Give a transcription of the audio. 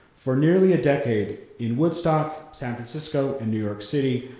for nearly a decade, in woodstock, san francisco, and new york city,